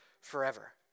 forever